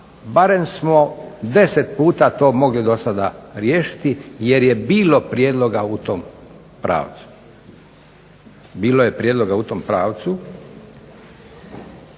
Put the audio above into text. barem smo deset puta to mogli do sada riješiti jer je bilo prijedloga u tom pravcu. Bilo je prijedloga u tom pravcu.